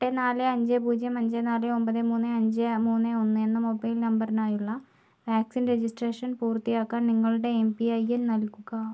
എട്ട് നാല് അഞ്ച് പൂജ്യം അഞ്ച് നാല് ഒമ്പത് മൂന്ന് അഞ്ച് മൂന്ന് ഒന്ന് എന്ന മൊബൈൽ നമ്പറിനായുള്ള വാക്സിൻ രജിസ്ട്രേഷൻ പൂർത്തിയാക്കാൻ നിങ്ങളുടെ എം പി ഐ എൻ നൽകുക